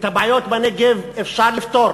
את הבעיות בנגב אפשר לפתור.